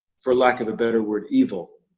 for lack of a better word, evil.